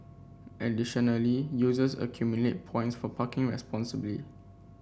additionally users accumulate points for parking responsibly